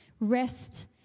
Rest